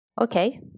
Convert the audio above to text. okay